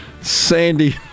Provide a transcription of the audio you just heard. Sandy